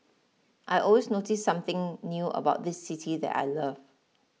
I always notice something new about this city that I love